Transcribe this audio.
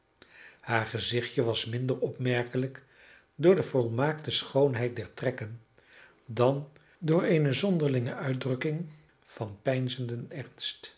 haar gezichtje was minder opmerkelijk door de volmaakte schoonheid der trekken dan door eene zonderlinge uitdrukking van peinzenden ernst